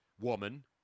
woman